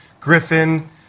Griffin